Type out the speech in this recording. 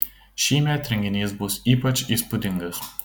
šįmet renginys bus ypač įspūdingas